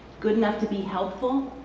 good enough to be helpful,